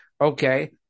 Okay